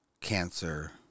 cancer